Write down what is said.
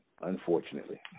Unfortunately